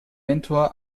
mentor